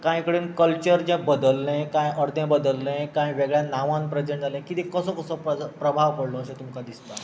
कांय कडेन कल्चर जें बद्दलें कांय अर्दे बद्दल्ले कांय वेगळ्या नांवान प्रेजंट जालें कितें कसो कसो प्रभाव पडलो अशें तुमका दिसता